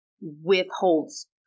withholds